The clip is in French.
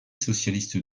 socialiste